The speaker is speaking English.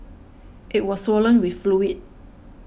it was swollen with fluid